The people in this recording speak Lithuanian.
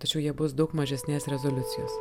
tačiau jie bus daug mažesnės rezoliucijos